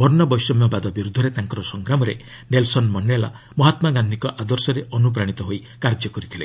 ବର୍ଷବୈଷମ୍ୟବାଦ ବିରୁଦ୍ଧରେ ତାଙ୍କର ସଂଗ୍ରାମରେ ନେଲ୍ସନ ମଣ୍ଡେଲା ମହାତ୍ମାଗାନ୍ଧିଙ୍କ ଆଦର୍ଶରେ ଅନୁପ୍ରାଣିତ ହୋଇ କାର୍ଯ୍ୟ କରିଥିଲେ